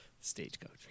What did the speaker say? Stagecoach